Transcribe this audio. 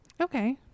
okay